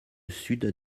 sud